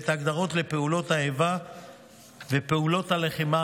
את ההגדרות לפעולות האיבה ואת פעולות הלחימה